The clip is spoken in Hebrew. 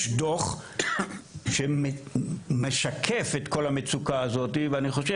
יש דוח שמשקף את כל המצוקה הזאת ואני חושב